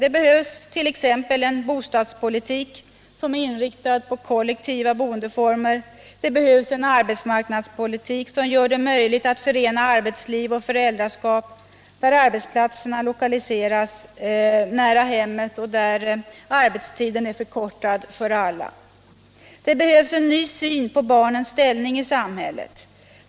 Det behövs t.ex. en bostadspolitik som är inriktad på kollektiva boendeformer. Det behövs en arbetsmarknadspolitik som gör det möjligt att förena arbetsliv och föräldraskap, där arbetsplatserna lokaliseras nära hemmet och där arbetstiden är förkortad för alla. Det behövs en ny syn på barnens ställning i samhället.